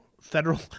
federal